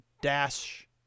Dash